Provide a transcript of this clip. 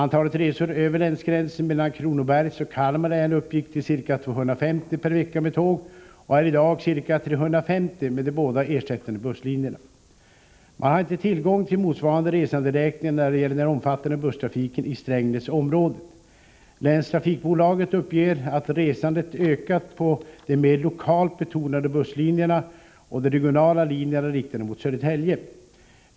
Antalet resor över länsgränsen mellan Kronobergs och Kalmar län uppgick till ca 250 per vecka med tåg och är i dag ca 350 med de båda ersättande busslinjerna. Man har inte tillgång till motsvarande resanderäkningar när det gäller den omfattande busstrafiken i Strängnäsområdet. Länstrafikbolaget uppger att resandet ökat på både de mer lokalt betonade busslinjerna och de regionala linjerna riktade mot Södertälje.